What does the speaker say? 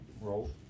roll